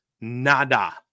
Nada